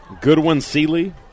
Goodwin-Seeley